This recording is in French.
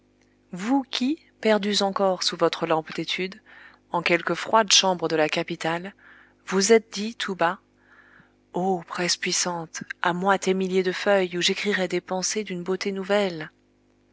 vous qui perdus encore sous votre lampe d'étude en quelque froide chambre de la capitale vous êtes dit tout bas ô presse puissante à moi tes milliers de feuilles où j'écrirai des pensées d'une beauté nouvelle